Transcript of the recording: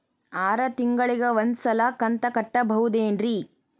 ಆರ ತಿಂಗಳಿಗ ಒಂದ್ ಸಲ ಕಂತ ಕಟ್ಟಬಹುದೇನ್ರಿ?